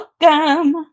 welcome